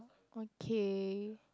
okay